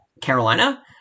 Carolina